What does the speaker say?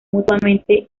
mutuamente